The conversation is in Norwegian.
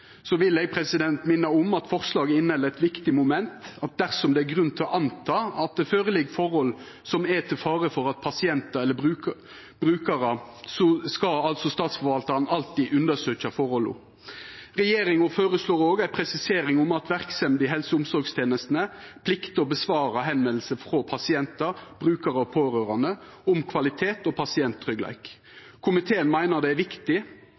vil eg minna om at forslaget inneheld eit viktig moment: at dersom det er grunn til å anta at det ligg føre forhold som er til fare for pasientar eller brukarar, skal statsforvaltaren alltid undersøkja forholda. Regjeringa føreslår òg ei presisering om at verksemd i helse- og omsorgstenestene pliktar å svara på førespurnader frå pasientar, brukarar og pårørande om kvalitet og pasienttryggleik. Komiteen meiner det er viktig